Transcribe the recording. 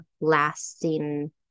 lasting